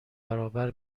برابر